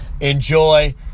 enjoy